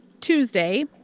Tuesday